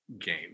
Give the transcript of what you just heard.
game